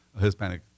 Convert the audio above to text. Hispanic